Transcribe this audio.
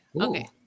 Okay